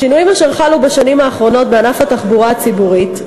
השינויים אשר חלו בשנים האחרונות בענף התחבורה הציבורית,